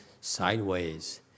sideways